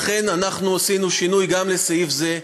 לכן עשינו שינוי גם לסעיף זה,